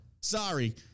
Sorry